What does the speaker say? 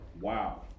wow